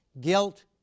guilt